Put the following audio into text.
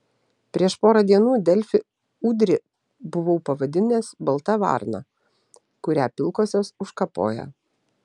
prieš porą dienų delfi udrį buvau pavadinęs balta varna kurią pilkosios užkapoja